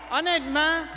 Honnêtement